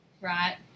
right